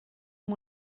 amb